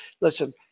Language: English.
Listen